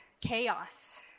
chaos